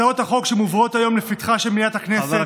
הצעות החוק שמובאות היום לפתחה של מליאת הכנסת,